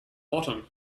bottom